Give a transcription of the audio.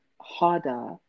harder